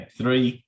three